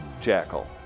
Jackal